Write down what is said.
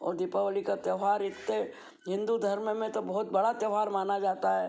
और दीपावली का त्योहार इतने हिन्दू धर्म में तो बहुत बड़ा त्योहार माना जाता है